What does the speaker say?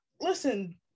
listen